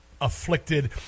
afflicted